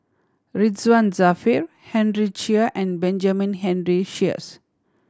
Ridzwan Dzafir Henry Chia and Benjamin Henry Sheares